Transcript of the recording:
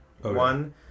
one